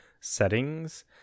settings